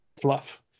fluff